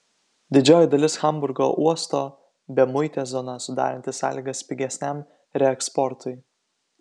didžioji dalis hamburgo uosto bemuitė zona sudaranti sąlygas pigesniam reeksportui